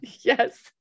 Yes